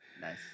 Nice